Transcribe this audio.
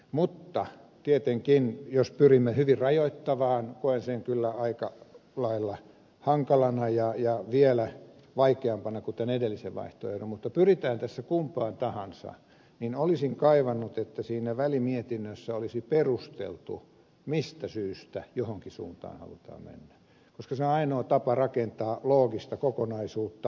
mutta tietenkin jos pyrimme hyvin rajoittavaan koen sen kyllä aika lailla hankalana ja vielä vaikeampana kuin tämän edellisen vaihtoehdon mutta pyritään tässä kumpaan tahansa niin olisin kaivannut että siinä välimietinnössä olisi perusteltu mistä syystä johonkin suuntaan halutaan mennä koska se on ainoa tapa rakentaa loogista kokonaisuutta